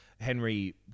Henry